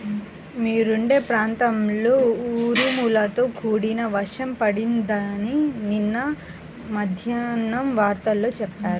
మీరుండే ప్రాంతంలో ఉరుములతో కూడిన వర్షం పడిద్దని నిన్న మద్దేన్నం వార్తల్లో చెప్పారు